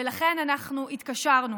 ולכן אנחנו התקשרנו